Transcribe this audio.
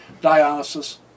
Dionysus